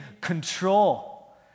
control